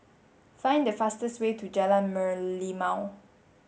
find the fastest way to Jalan Merlimau